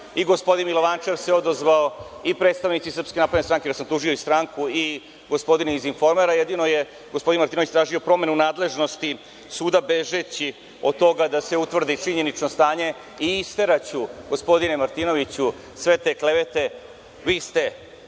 I gospodin Milovančev se odazvao i predstavnici SNS, jer sam tužio i stranku i gospodina iz „Informera“, jedino je gospodin Martinović tražio promenu nadležnosti suda bežeći od toga da se utvrdi činjenično stanje i isteraću gospodine Martinoviću, sve te klevete. Vi ste